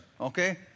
okay